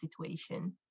situation